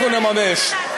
אנחנו נממש.